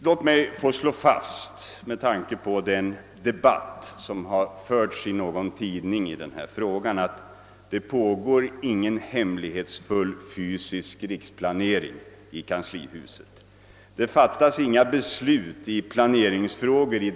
Låt mig med tanke på den debatt som förts i en tidning om denna fråga slå fast att det inte pågår någon hemlig fysisk riksplanering i kanslihuset av tekniker som fattar politiska beslut.